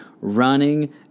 running